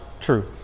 true